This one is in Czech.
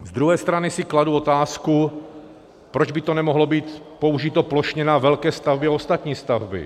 Z druhé strany si kladu otázku, proč by to nemohlo být použito plošně na velké stavby a ostatní stavby.